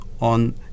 on